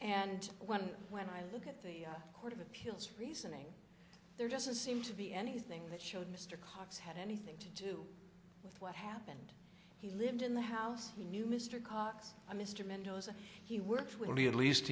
and one when i look at the court of appeals reasoning there doesn't seem to be anything that showed mr cox had anything to do with what happened he lived in the house he knew mr cox a mr mendoza he worked with me at least